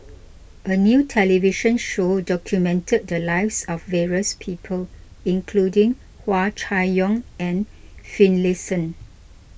a new television show documented the lives of various people including Hua Chai Yong and Finlayson